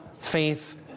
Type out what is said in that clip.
faith